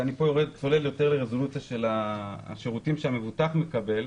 ובו אני צולל יותר לרזולוציה של השירותים שהמבוטח מקבל,